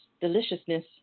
deliciousness